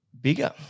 bigger